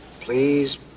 Please